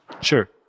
sure